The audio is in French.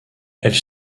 elles